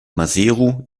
maseru